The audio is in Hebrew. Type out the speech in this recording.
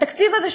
התקציב הזה,